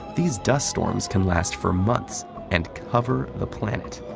these dust storms can last for months and cover the planet.